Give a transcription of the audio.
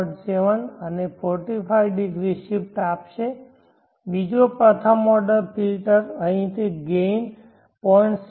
707 અને 45 ° શિફ્ટ આપશે બીજો પ્રથમ ઓર્ડર ફિલ્ટર ફરીથી ગેઇન 0